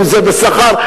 אם בשכר,